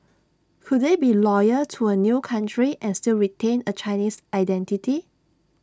could they be loyal to A new country and still retain A Chinese identity